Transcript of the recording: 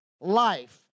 life